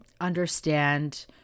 understand